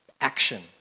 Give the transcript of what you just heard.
action